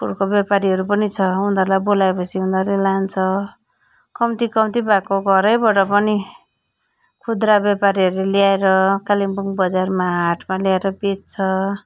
फुलको व्यापारीहरू पनि छ उनीहरूलाई बोलाए पछि उनीहरूले लान्छ कम्ती कम्ती भएको घरैबाट पनि खुद्रा व्यापारीहरूले ल्याएर कालिम्पोङ बजारमा हाटमा ल्याएर बेच्छ